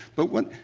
but what,